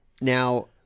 Now